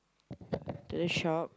this shop